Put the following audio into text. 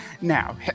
Now